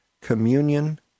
communion